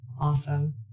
Awesome